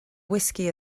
whiskey